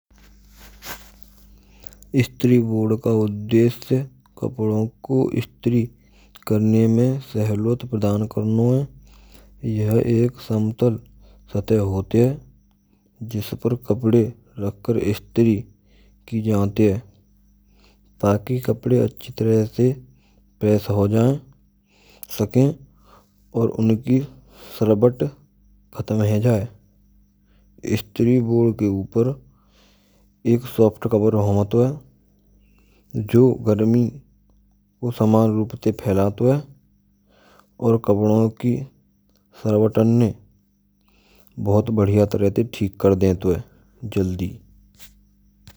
Stri board ka uddeshy kapdo ko stri krne mein sahyog pradan karno hai. Yah ek sampann satah hote hai jis par kapde rakhkar istri ki jat h. Taki kapde achi tarah se press ho jaye saken aur unki salbat khatm h jaye. Istri borad ke upar ek soft cover hot h jo garmi saman roop te failato hai aur kapdon ki salbatan ne bahut badhiya tarah ye thik kr deti h jaldi.